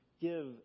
give